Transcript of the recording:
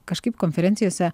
kažkaip konferencijose